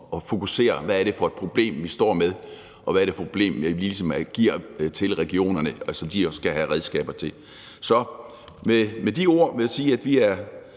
få fokuseret på, hvad det er for et problem, vi står med, og hvad det er for et problem, vi ligesom giver til regionerne, som de også skal have redskaber til at løse. Så med de ord vil jeg sige, at vi er